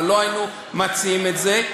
לא היינו מציעים את זה,